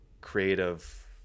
creative